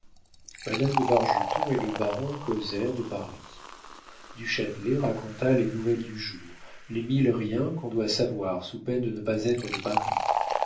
madame de bargeton et le baron causèrent de paris du châtelet raconta les nouvelles du jour les mille riens qu'on doit savoir sous peine de ne pas être de paris